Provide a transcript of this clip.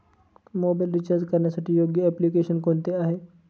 Mobile recharge करण्यासाठी योग्य application कोणते आहे?